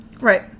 Right